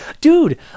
Dude